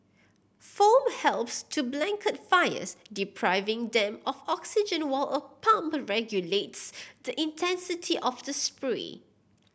foam helps to blanket fires depriving them of oxygen while a pump regulates the intensity of the spray